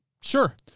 Sure